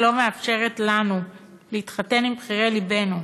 לא מאפשרת לנו להתחתן עם בחירי לבנו,